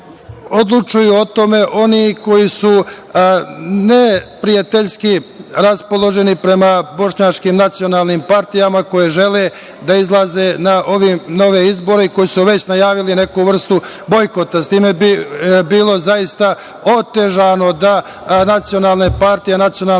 Odlučuju o tome oni koji su neprijateljski raspoloženi prema bošnjačkim nacionalnim partijama koje žele da izlaze na ove izbore i koji su već najavili neku vrstu bojkota. Bilo bi zaista otežano da nacionalne partije nacionalnih zajednica,